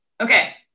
Okay